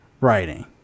writing